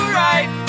right